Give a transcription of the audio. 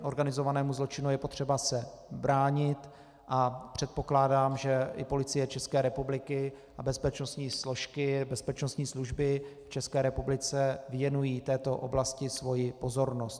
Organizovanému zločinu je potřeba se bránit a předpokládám, že i Policie České republiky a bezpečnostní složky, bezpečnostní služby v České republice věnují této oblasti svoji pozornost.